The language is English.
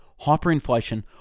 hyperinflation